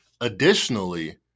Additionally